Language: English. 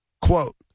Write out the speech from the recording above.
quote